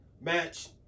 match